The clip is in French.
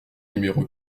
numéro